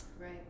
Right